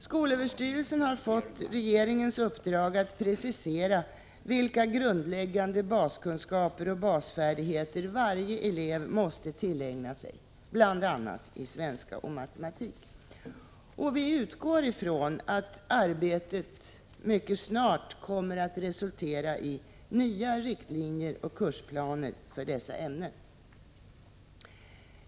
Skolöverstyrelsen har fått regeringens uppdrag att precisera vilka grundläggande baskunskaper och basfärdigheter varje elev måste tillägna sig i bl.a. svenska och matematik. Vi utgår från att arbetet mycket snart kommer att resultera i nya riktlinjer och kursplaner för dessa ämnen.